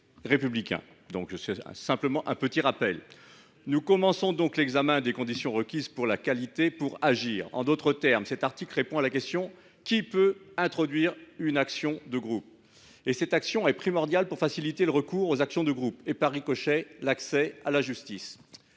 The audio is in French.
Nous commençons, avec cet article, l’examen des conditions requises pour avoir qualité pour agir. En d’autres termes, cet article répond à la question suivante :« qui peut introduire une action de groupe ?» Or cette définition est primordiale pour faciliter le recours aux actions de groupe et, par ricochet, l’accès à la justice.